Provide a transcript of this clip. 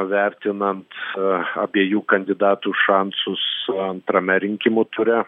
vertinant abiejų kandidatų šansus antrame rinkimų ture